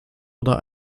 oder